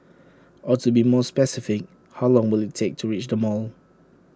or to be more specific how long will IT take to reach the mall